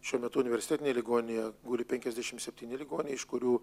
šiuo metu universitetinėje ligoninėje guli penkiasdešimt septyni ligoniai iš kurių